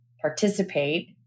participate